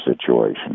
situation